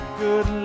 good